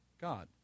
God